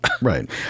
Right